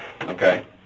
okay